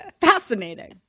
fascinating